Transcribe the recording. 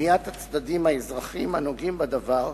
שמיעת הצדדים האזרחיים הנוגעים בדבר,